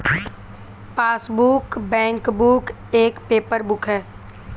passbook, bankbook एक paper book है